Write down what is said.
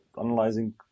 analyzing